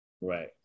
Right